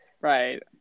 Right